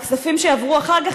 הכספים שעברו אחר כך,